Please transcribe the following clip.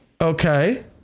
Okay